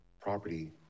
property